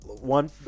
one